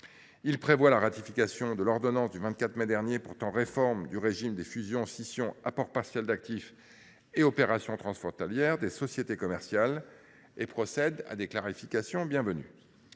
Il prévoit la ratification de l’ordonnance du 24 mai dernier portant réforme du régime des fusions, scissions, apports partiels d’actifs et opérations transfrontalières des sociétés commerciales et procède à des clarifications bienvenues.